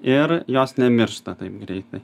ir jos nemiršta taip greitai